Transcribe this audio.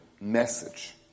message